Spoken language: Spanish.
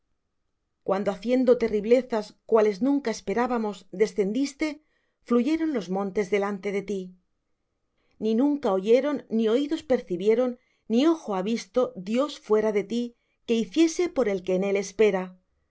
cuando haciendo terriblezas cuales nunca esperábamos descendiste fluyeron los montes delante de ti ni nunca oyeron ni oídos percibieron ni ojo ha visto dios fuera de ti que hiciese por el que en él espera